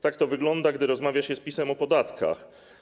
Tak to wygląda, gdy rozmawia się z PiS-em o podatkach.